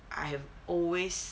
I have always